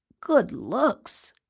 good looks!